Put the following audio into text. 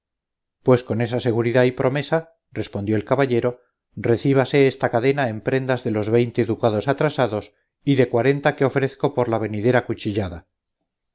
pues con esa seguridad y promesa respondió el caballero recíbase esta cadena en prendas de los veinte ducados atrasados y de cuarenta que ofrezco por la venidera cuchillada